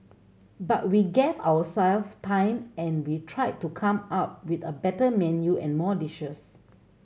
but we gave ourselves time and we tried to come up with a better menu and more dishes